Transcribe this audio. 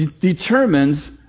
determines